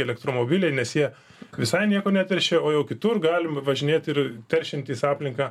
elektromobiliai nes jie visai nieko neteršia o jau kitur galima važinėti ir teršiantys aplinką